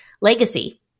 legacy